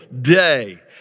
day